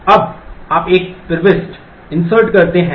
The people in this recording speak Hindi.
अब आप एक इन्सर्ट करते हैं